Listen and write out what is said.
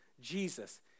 Jesus